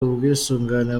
ubwisungane